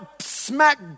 smack